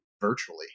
virtually